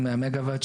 מגה-וואט,